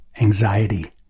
anxiety